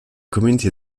communauté